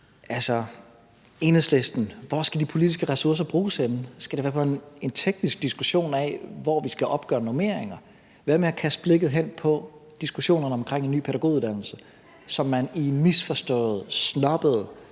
til Enhedslisten: Hvor skal de politiske ressourcer bruges henne? Skal det være på en teknisk diskussion af, hvor vi skal opgøre normeringer? Hvad med at kaste blikket hen på diskussionerne omkring en ny pædagoguddannelse, som man i en misforstået, snobbet